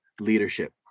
leadership